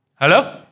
Hello